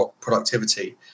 productivity